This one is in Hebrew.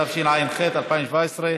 התשע"ח 2017,